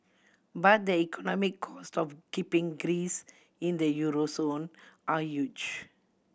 but the economic cost of keeping Greece in the euro zone are huge